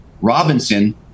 Robinson